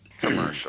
commercial